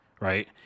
right